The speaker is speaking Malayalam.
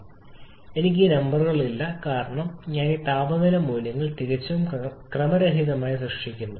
തീർച്ചയായും എനിക്ക് ഈ നമ്പറുകൾ ഇല്ല കാരണം ഞാൻ ഈ താപനില മൂല്യങ്ങൾ തികച്ചും ക്രമരഹിതമായി സൃഷ്ടിക്കുന്നു